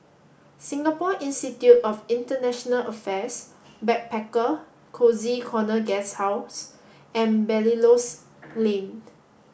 Singapore Institute of International Affairs Backpacker Cozy Corner Guesthouse and Belilios Lane